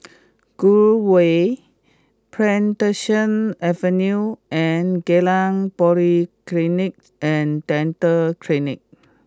Gul Way Plantation Avenue and Geylang Polyclinic and Dental Clinic